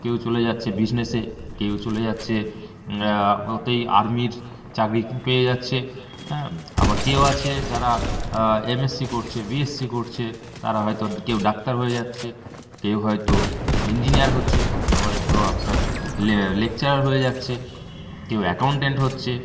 কেউ চলে যাচ্ছে বিসনেসে কেউ চলে যাচ্ছে ওতেই আর্মির চাকরি পেয়ে যাচ্ছে হ্যাঁ আবার কেউ আছে যারা এমএসসি করছে বিএসসি করছে তারা হয়তো কেউ ডাক্তার হয়ে যাচ্ছে কেউ হয়তো ইঞ্জিনিয়ার হচ্ছে কেউ হয়তো আফটার লে লেকচারার হয়ে যাচ্ছে কেউ আকউনটান্ট হচ্ছে